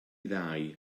ddau